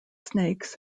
snakes